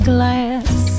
glass